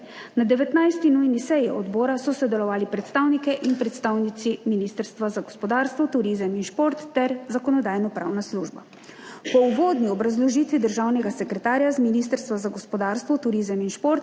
Na 19. nujni seji odbora so sodelovali predstavniki in predstavnice Ministrstva za gospodarstvo, turizem in šport ter Zakonodajno-pravna služba. Po uvodni obrazložitvi državnega sekretarja z Ministrstva za gospodarstvo, turizem in šport